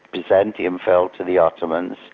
byzantium fell to the ottomans.